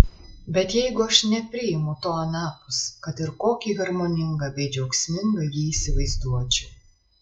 bet jeigu aš nepriimu to anapus kad ir kokį harmoningą bei džiaugsmingą jį įsivaizduočiau